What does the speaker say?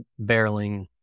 barreling